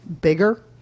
bigger